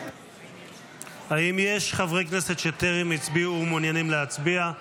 בעד האם יש חברי הכנסת שטרם הצביעו ומעוניינים להצביע?